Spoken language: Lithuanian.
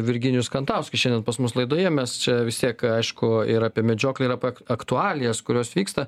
virginijus kantauskas šiandien pas mus laidoje mes čia vis tiek aišku ir apie medžioklę ir apie aktualijas kurios vyksta